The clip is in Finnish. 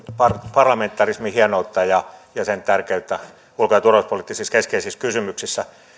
parlamentarismin hienoutta ja sen tärkeyttä ulko ja turvallisuuspoliittisissa keskeisissä kysymyksissä